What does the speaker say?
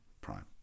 Prime